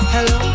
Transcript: Hello